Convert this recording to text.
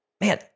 man